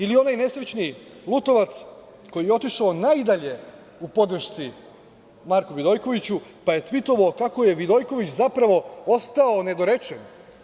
Ili onaj nesrećni Lutovac, koji je otišao najdalje u podršci Marku Vidojkoviću, pa je tvitovao kako je Vidojković zapravo ostao nedorečen.